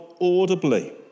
audibly